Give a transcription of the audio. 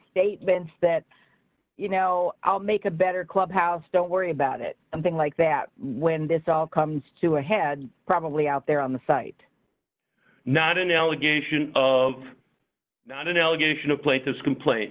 with that you know make a better clubhouse don't worry about it and things like that when this all comes to a head probably out there on the site not an allegation of not an allegation of place this complain